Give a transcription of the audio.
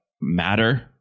matter